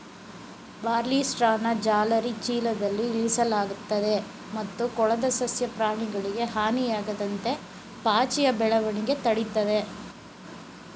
ಬಾರ್ಲಿಸ್ಟ್ರಾನ ಜಾಲರಿ ಚೀಲದಲ್ಲಿ ಇರಿಸಲಾಗ್ತದೆ ಮತ್ತು ಕೊಳದ ಸಸ್ಯ ಪ್ರಾಣಿಗಳಿಗೆ ಹಾನಿಯಾಗದಂತೆ ಪಾಚಿಯ ಬೆಳವಣಿಗೆ ತಡಿತದೆ